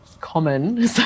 common